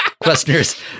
Questioner's